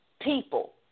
people